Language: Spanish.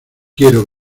quiero